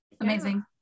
Amazing